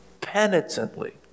penitently